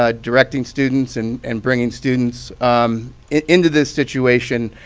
ah directing students and and bringing students into this situation,